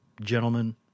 gentlemen